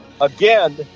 Again